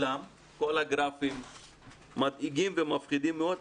כל הגרפים מדאיגים ומפחידים מאוד.